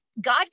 God